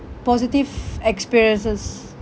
positive experiences